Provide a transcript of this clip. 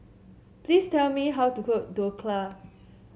please tell me how to cook Dhokla